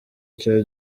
cya